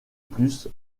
plus